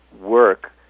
work